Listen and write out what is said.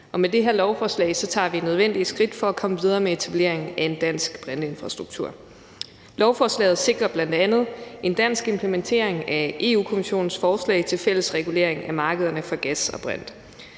med det her lovforslag tager vi nødvendige skridt for at komme videre med etableringen af en dansk brintinfrastruktur. Lovforslaget sikrer bl.a. en dansk implementering af Europa-Kommissionens forslag til fælles regulering af markederne for gas og brint.